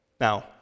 Now